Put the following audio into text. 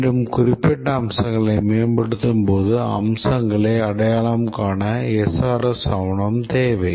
மீண்டும் குறிப்பிட்ட அம்சங்களை மேம்படுத்தும்போது அம்சங்களை அடையாளம் காண SRS ஆவணம் தேவை